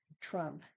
Trump